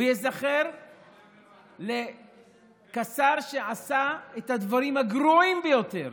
הוא ייזכר כשר שעשה את הדברים הגרועים ביותר